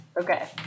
okay